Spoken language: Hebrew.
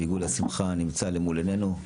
עיגול השמחה" נמצא מול עינינו,